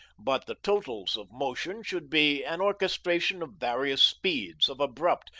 but the totals of motion should be an orchestration of various speeds, of abrupt,